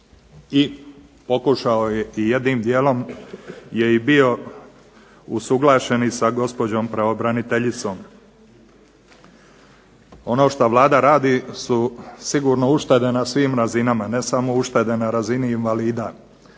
i pokušao je, jednim dijelom je i bio usuglašen i sa gospođom pravobraniteljicom. Ono što Vlada radi su sigurno uštede na svim razinama, ne samo uštede na razini invalida.